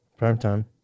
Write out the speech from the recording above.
Primetime